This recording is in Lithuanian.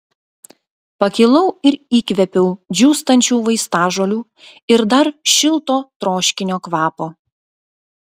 pakilau ir įkvėpiau džiūstančių vaistažolių ir dar šilto troškinio kvapo